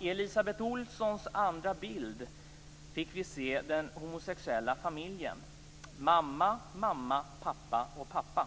I Elisabeth Ohlsons andra bild fick vi se den homosexuella familjen: mamma, mamma, pappa och pappa.